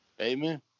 amen